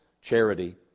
charity